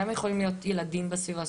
גם יכולים להיות ילדים בסביבה.